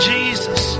Jesus